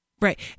Right